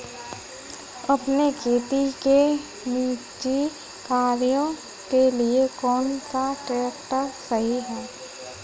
अपने खेती के निजी कार्यों के लिए कौन सा ट्रैक्टर सही है?